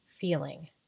feeling